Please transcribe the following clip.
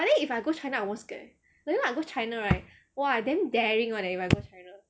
but I think if I go china I won't scared eh you know like I go china I damn daring one eh if I go china